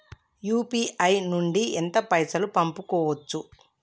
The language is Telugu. యూ.పీ.ఐ నుండి ఎంత పైసల్ పంపుకోవచ్చు?